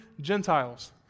Gentiles